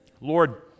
Lord